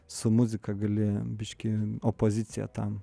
su muzika gali biškį opozicija tam